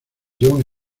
john